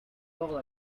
all